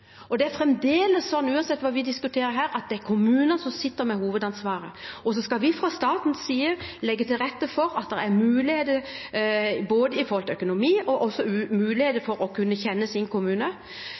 og Senterpartiet. Og det er fremdeles slik at uansett hva vi diskuterer her, er det kommunene som sitter med hovedansvaret. Så skal vi fra statens side legge til rette for at det er muligheter både for økonomi og